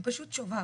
הוא פשוט שובב.